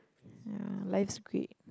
ya life's great